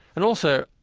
and also,